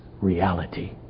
reality